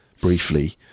briefly